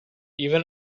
even